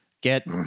get